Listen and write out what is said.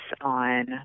on